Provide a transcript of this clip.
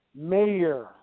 mayor